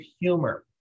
humor